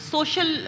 Social